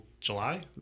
July